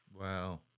Wow